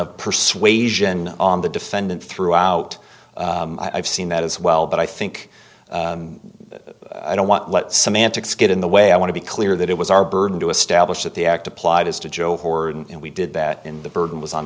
of persuasion on the defendant throughout that as well but i think i don't want some antics get in the way i want to be clear that it was our burden to establish that the act applies to joe horn and we did that in the burden was on